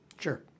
Sure